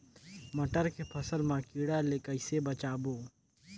मटर के फसल मा कीड़ा ले कइसे बचाबो?